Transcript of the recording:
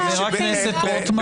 חבר הכנסת רוטמן חבר הכנסת רוטמן,